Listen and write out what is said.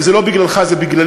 כי זה לא בגללך זה בגללי,